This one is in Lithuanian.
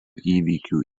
įvykių